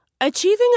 Achieving